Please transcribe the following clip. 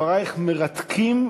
דברייך מרתקים,